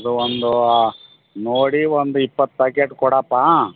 ಅದು ಒಂದು ನೋಡಿ ಒಂದು ಇಪ್ಪತ್ತು ಪ್ಯಾಕೆಟ್ ಕೊಡಪ್ಪ